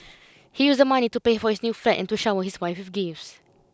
he used the money to pay for his new flat and to shower his wife with gifts